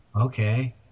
Okay